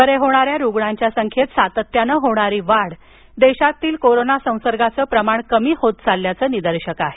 बरे होणाऱ्यांच्या संख्येत सातत्यानं होणारी वाढ देशात कोरोना संसर्गाचं प्रमाण कमी होत चालल्याचं निदर्शक आहे